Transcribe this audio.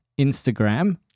Instagram